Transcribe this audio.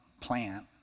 plant